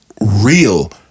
Real